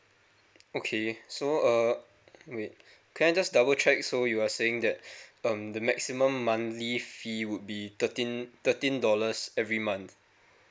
okay so uh wait can I just double check so you are saying that um the maximum monthly fee would be thirteen thirteen dollars every month